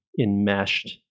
enmeshed